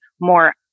more